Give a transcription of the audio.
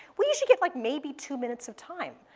we usually get like maybe two minutes of time.